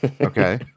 Okay